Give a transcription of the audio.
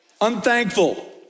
Unthankful